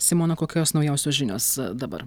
simona kokios naujausios žinios dabar